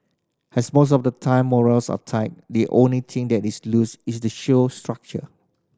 as most of the time morals are tight the only thing that is loose is the show's structure